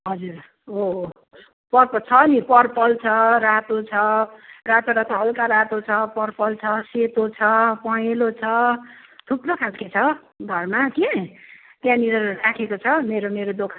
हजुर हो हो पर्प छ नि पर्पल छ रातो छ रातो रातो हल्का रातो छ पर्पल छ सेतो छ पहेँलो छ थुप्रो खाल्के छ घरमा कि त्यहाँनिर राखेको छ मेरो मेरो दोकान